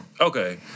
Okay